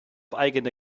eigene